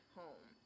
home